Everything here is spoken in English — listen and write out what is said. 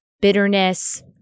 bitterness